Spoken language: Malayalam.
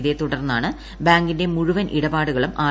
ഇതേ തുടർന്നാണ് ബാങ്കിന്റെ മുഴുവൻ ഇടപാടുകളും ആർ